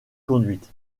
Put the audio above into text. conduite